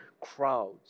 crowds